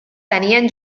tenien